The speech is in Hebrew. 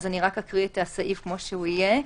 אקרא את הסעיף כפי שיהיה: